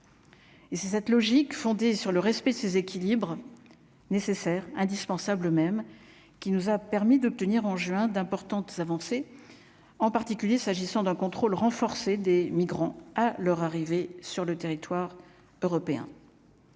et c'est cette logique fondée sur le respect de ses équilibres nécessaires indispensables même qui nous a permis d'obtenir en juin d'importantes avancées, en particulier s'agissant d'un contrôle renforcé des migrants à leur arrivée sur le territoire européen.